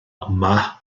yma